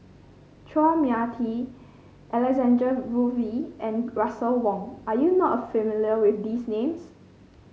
Chua Mia Tee Alexander and Russel Wong are you not familiar with these names